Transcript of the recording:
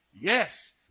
Yes